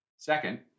Second